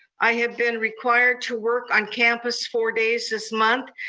i have been required to work on campus four days this month,